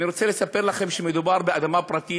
אני רוצה לספר לכם שמדובר באדמה פרטית